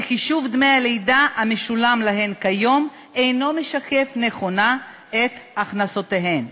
וחישוב דמי הלידה המשולם להן כיום אינו משקף נכונה את הכנסותיהן.